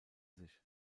sich